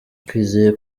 twizeye